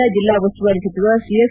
ಮಂಡ್ಚ ಜಿಲ್ಲಾ ಉಸ್ತುವಾರಿ ಸಚಿವ ಸಿ